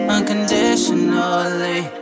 Unconditionally